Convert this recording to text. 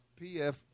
PF